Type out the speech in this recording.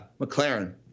McLaren